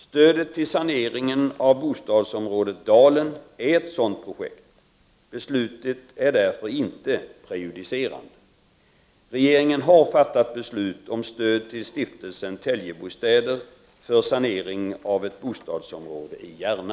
Stödet till saneringen av bostadsområdet Dalen är ett sådant projekt. Beslutet är därför inte prejudicerande. Regeringen har fattat beslut om stöd till stiftelsen Telgebostäder för sanering av ett bostadsområde i Järna.